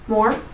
More